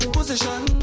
Position